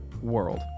WORLD